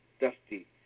dusty